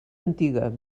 antiga